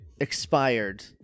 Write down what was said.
expired